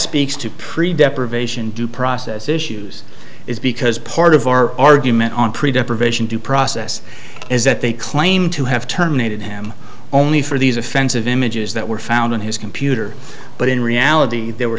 speaks to prevent pervasion due process issues is because part of our argument on present provision due process is that they claim to have terminated him only for these offensive images that were found on his computer but in reality there were